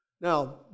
Now